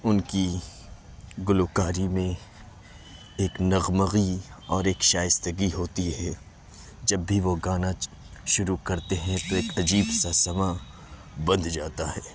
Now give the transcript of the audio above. ان کی گلو کاری میں ایک نغمگی اور ایک شائستگی ہوتی ہے جب بھی وہ گانا شروع کرتے ہیں تو ایک عجیب سا سماں بندھ جاتا ہے